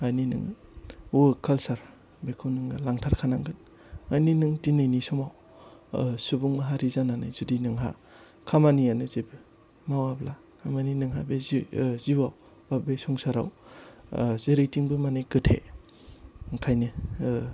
मानि नोङो work culture बेखौ नोङो लांथारखानांगोन माने नों दिनैनि समाव सुबुं माहारि जानानै जुदि नोंहा खामानियानो जेबो मावाब्ला थारमाने नोंहा बे जिउआव बा बे संसाराव जेरैथिंबो माने गोथे